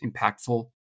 impactful